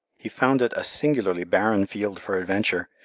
he found it a singularly barren field for adventure,